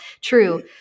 True